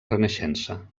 renaixença